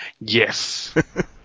yes